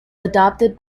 adopted